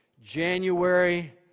January